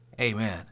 Amen